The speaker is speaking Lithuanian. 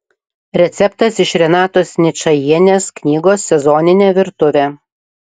receptas iš renatos ničajienės knygos sezoninė virtuvė